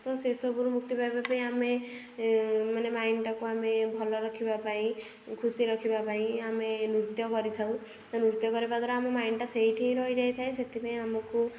ତ ସେ ସବୁରୁ ମୁକ୍ତି ପାଇବା ପାଇଁ ଆମେ ମାନେ ମାଇଣ୍ଡ୍ଟାକୁ ଆମେ ଭଲ ରଖିବା ପାଇଁ ଖୁସି ରଖିବା ପାଇଁ ଆମେ ନୃତ୍ୟ କରିଥାଉ ତ ନୃତ୍ୟ କରିବା ଦ୍ୱାରା ଆମ ମାଇଣ୍ଡ୍ଟା ସେଇଠି ହିଁ ରହି ଯାଇଥାଏ ସେଥିପାଇଁ ଆମକୁ